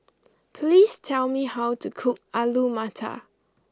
please tell me how to cook Alu Matar